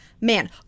man